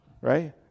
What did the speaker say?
right